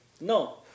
No